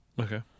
okay